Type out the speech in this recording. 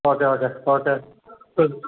okay okay okay ശരി